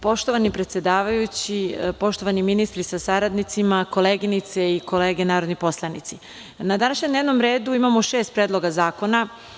Poštovani predsedavajući, poštovani ministri sa saradnicima, koleginice i kolege narodni poslanici, na današnjem dnevnom redu imamo šest Predloga zakona.